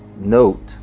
Note